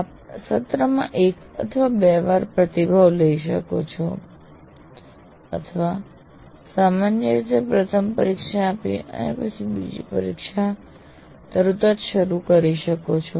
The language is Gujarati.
આપ સત્રમાં એક અથવા બે વાર પ્રતિભાવ લઈ શકો છો અથવા સામાન્ય રીતે પ્રથમ પરીક્ષા પછી અને બીજી પરીક્ષા પછી તરત જ કરી શકો છો